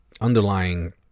underlying